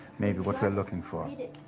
maybe, what you're looking for.